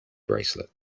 bracelet